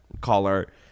caller